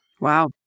Wow